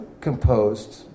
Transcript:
composed